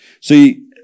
See